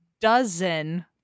dozen